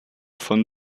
von